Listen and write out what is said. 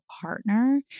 partner